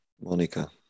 Monica